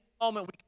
moment